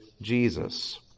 Jesus